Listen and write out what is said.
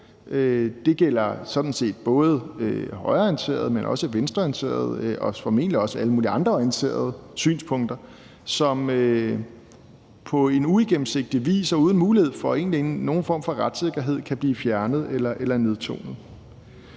både højreorienterede og venstreorienterede og formentlig også alle mulige andre synspunkter, som på uigennemsigtig vis og egentlig uden nogen mulighed for retssikkerhed kan blive fjernet eller nedtonet.